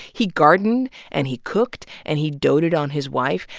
he gardened and he cooked and he doted on his wife.